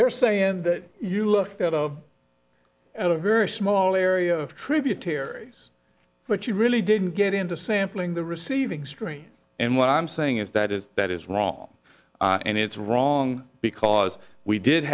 they're saying that you look at a very small area of tributaries but you really didn't get into sampling the receiving stream and what i'm saying is that is that is wrong and it's wrong because we did